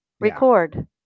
record